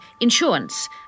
insurance